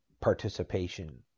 participation